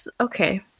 okay